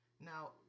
Now